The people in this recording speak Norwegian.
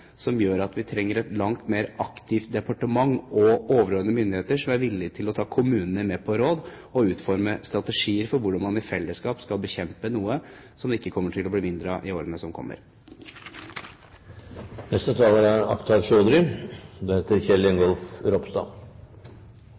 som gjør at vi trenger et langt mer aktivt departement og overordnede myndigheter som er villig til å ta kommunene med på råd og utforme strategier for hvordan man i fellesskap skal bekjempe noe som det ikke kommer til å bli mindre av i årene som